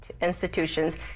institutions